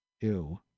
ew